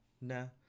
no